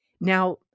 Now